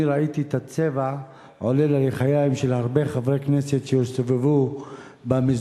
אני ראיתי את הצבע עולה ללחיים של הרבה חברי כנסת שהסתובבו במסדרונות.